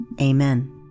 Amen